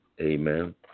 Amen